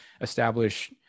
establish